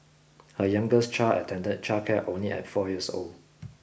her youngest child attended childcare only at four years old